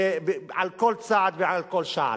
על כל צעד וכל שעל.